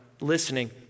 listening